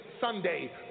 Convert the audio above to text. Sunday